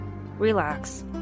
relax